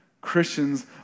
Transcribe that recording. Christians